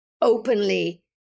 openly